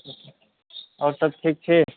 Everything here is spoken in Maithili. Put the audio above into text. आओरसब ठीक छी